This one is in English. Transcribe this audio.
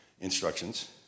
instructions